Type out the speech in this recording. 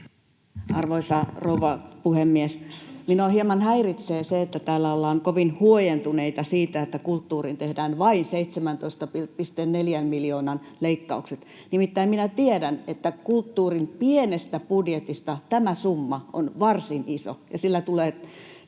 Arvoisa rouva puhemies! Minua hieman häiritsee se, että täällä ollaan kovin huojentuneita siitä, että kulttuuriin tehdään vain 17,4 miljoonan leikkaukset. Nimittäin minä tiedän, että kulttuurin pienessä budjetissa tämä summa on varsin iso